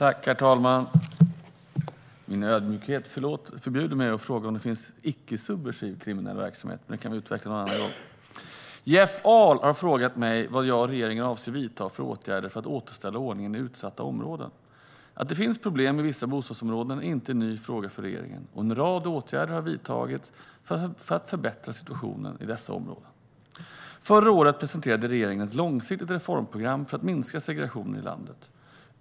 Herr talman! Min ödmjukhet förbjuder mig att fråga om det finns icke subversiv kriminell verksamhet. Det kan vi dock utveckla någon annan gång. Jeff Ahl har frågat mig vad jag och regeringen avser att vidta för åtgärder för att återställa ordningen i utsatta områden. Att det finns problem i vissa bostadsområden är inte en ny fråga för regeringen, och en rad åtgärder har vidtagits för att förbättra situationen i dessa områden. Förra året presenterade regeringen ett långsiktigt reformprogram för att minska segregationen i landet.